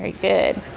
ah good.